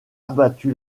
abattu